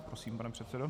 Prosím, pane předsedo.